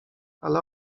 ale